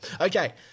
Okay